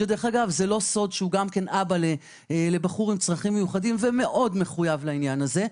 שלא סוד שהוא גם אבא לבחור עם צרכים מיוחדים ומאוד מחויב לעניין הזה,